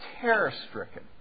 terror-stricken